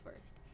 first